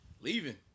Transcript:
Leaving